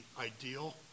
ideal